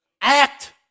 act